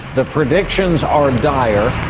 the predictions are dire,